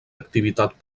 activitat